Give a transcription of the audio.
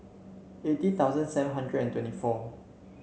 eighty thousand seven hundred and twenty four